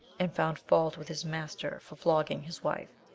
and found fault with his master for flogging his wife.